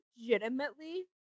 legitimately